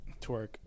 Twerk